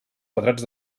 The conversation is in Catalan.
quadrats